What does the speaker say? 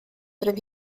roedd